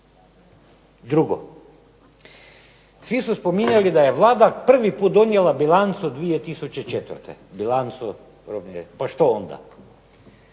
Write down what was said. Drugo, svi su spominjali da je Vlada prvi put donijela bilancu od 2004., bilancu robne. Pa što onda?